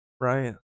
Right